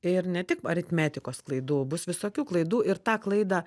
ir ne tik aritmetikos klaidų bus visokių klaidų ir tą klaidą